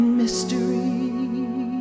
mystery